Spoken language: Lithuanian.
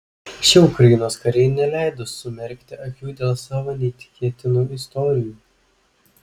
šie ukrainos kariai neleido sumerkti akių dėl savo neįtikėtinų istorijų